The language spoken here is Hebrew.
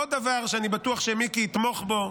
עוד דבר שאני בטוח שמיקי יתמוך בו,